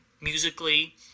musically